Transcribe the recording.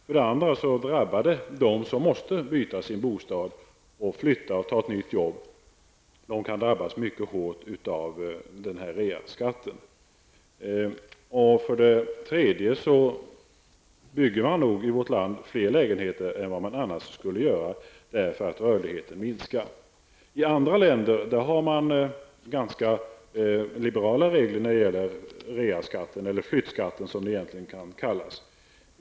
För det andra drabbar beskattningen dem som måste byta sin bostad, flytta och ta ett nytt jobb. De kan drabbas mycket hårt av denna reavinstbeskattning. För det tredje kommer man i vårt land att bygga fler lägenheter än vad man annars skulle göra, eftersom rörligheten minskar. I andra länder har man ganska liberala regler när det gäller reavinstbeskattningen eller flyttskatten som den egentligen kan kallas.